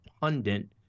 pundit